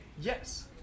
Yes